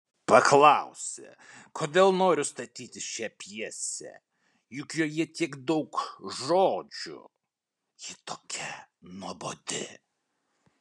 paklausė kodėl noriu statyti šią pjesę juk joje tiek daug žodžių ji tokia nuobodi